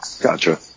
Gotcha